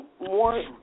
More